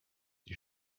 die